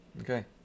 Okay